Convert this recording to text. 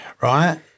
right